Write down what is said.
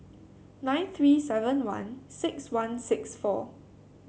nine three seven one six one six four